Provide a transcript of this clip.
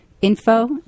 info